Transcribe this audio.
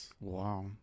Wow